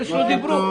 דיברנו